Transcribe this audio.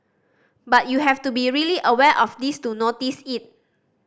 but you have to be really aware of this to notice it